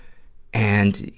and,